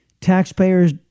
Taxpayers